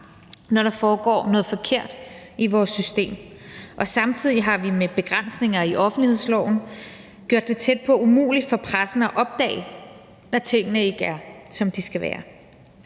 når der foregår noget forkert i vores system, og samtidig har vi med begrænsninger i offentlighedsloven gjort det tæt på umuligt for pressen at opdage, når tingene ikke er, som de skal være.